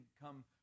come